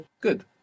Good